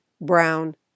brown